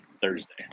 Thursday